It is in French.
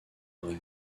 vrai